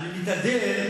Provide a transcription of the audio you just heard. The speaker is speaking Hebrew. אני מתהדר,